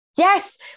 Yes